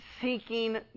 seeking